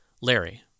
Larry